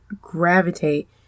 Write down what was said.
gravitate